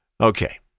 Okay